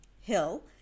hill